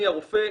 מי הרופא,